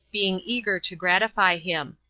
being eager to gratify him.